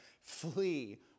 flee